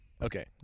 Okay